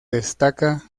destaca